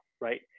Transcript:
Right